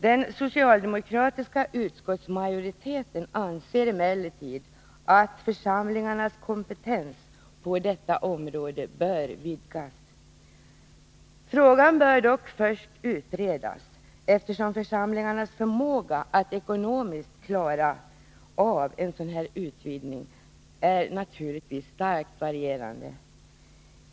Den socialdemokratiska utskottsmajoriteten anser emellertid att församlingarnas kompetens på detta område bör vidgas. Frågan bör dock först utredas, eftersom församlingarnas förmåga att ekonomiskt klara av en sådan utvidgning naturligtvis starkt varierar.